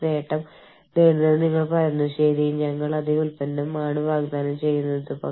ഉദാഹരണത്തിന് ചില രാജ്യങ്ങളിൽ പേരുകൾ വളരെ കൂടുതലായിരിക്കാം വളരെ നീണ്ടതായിരിക്കാം